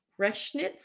Reschnitz